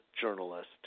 journalist